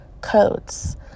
codes